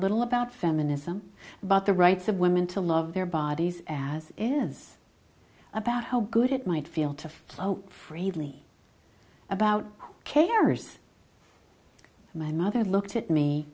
little about feminism about the rights of women to love their bodies as is about how good it might feel to flow freely about carers my mother looked at me